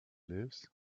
lives